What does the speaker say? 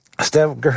Steph